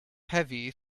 heavy